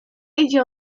idzie